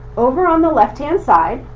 over on the left-hand side,